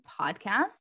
podcast